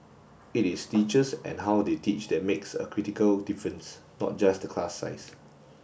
it is teachers and how they teach that makes a critical difference not just the class size